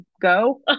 go